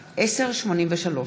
מ/1083.